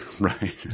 Right